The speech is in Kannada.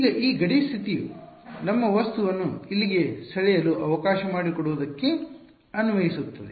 ಈಗ ಈ ಗಡಿ ಸ್ಥಿತಿಯು ನಮ್ಮ ವಸ್ತುವನ್ನು ಇಲ್ಲಿಗೆ ಸೆಳೆಯಲು ಅವಕಾಶ ಮಾಡಿಕೊಡುವುದಕ್ಕೆ ಅನ್ವಯಿಸುತ್ತದೆ